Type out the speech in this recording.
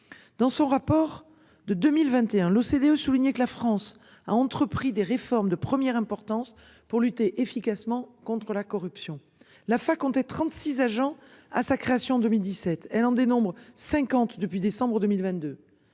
Dans son rapport de 2021, l'OCDE souligné que la France a entrepris des réformes de première importance pour lutter efficacement contre la corruption, la fac 36 agents à sa création 2017 elle en dénombre 50 depuis décembre 2022,